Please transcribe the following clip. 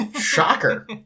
Shocker